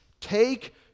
Take